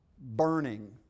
burning